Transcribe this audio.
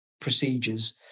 procedures